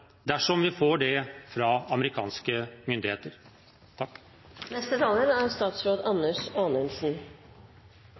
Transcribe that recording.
dersom vi får det fra amerikanske myndigheter? Jeg er